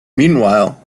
meanwhile